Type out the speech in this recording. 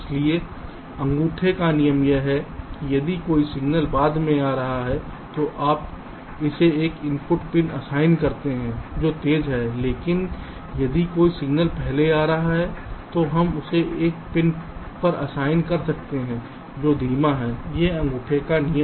इसलिए अंगूठे का नियम यह है कि यदि कोई सिग्नल बाद में आ रहा है तो आप इसे एक इनपुट पिन असाइन करते हैं जो तेज़ है लेकिन यदि कोई सिग्नल पहले आ रहा है तो हम इसे एक पिन पर असाइन कर सकते हैं जो धीमा है यह है अंगूठे का नियम